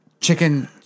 chicken